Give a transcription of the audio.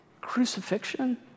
Crucifixion